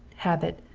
habit,